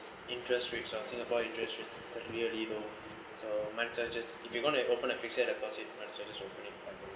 interest rates from singapore interest rates really low you know so might as well just if you going to open a fixed deposit might as well just open it a